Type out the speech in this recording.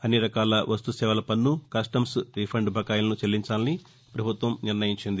అన్నిరకాల వస్తు సేవల పస్ను కస్టమ్స్ రీఫండ్ బకాయిలనూ చెల్లించాలని పభుత్వం నిర్ణయించింది